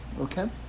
Okay